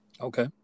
okay